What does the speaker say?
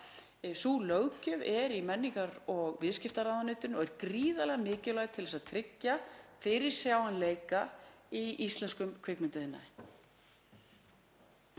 Sú löggjöf er í menningar- og viðskiptaráðuneytinu og er gríðarlega mikilvæg til þess að tryggja fyrirsjáanleika í íslenskum kvikmyndaiðnaði.